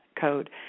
code